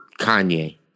Kanye